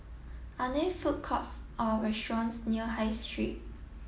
are there food courts or restaurants near high street